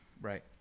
right